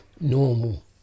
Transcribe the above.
normal